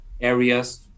areas